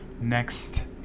next